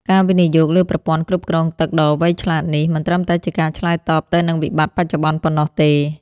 ការវិនិយោគលើប្រព័ន្ធគ្រប់គ្រងទឹកដ៏វៃឆ្លាតនេះ មិនត្រឹមតែជាការឆ្លើយតបទៅនឹងវិបត្តិបច្ចុប្បន្នប៉ុណ្ណោះទេ។